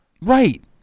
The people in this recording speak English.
Right